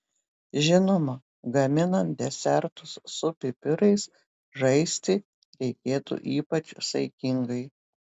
žinoma gaminant desertus su pipirais žaisti reikėtų ypač saikingai